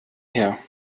her